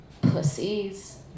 Pussies